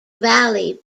valley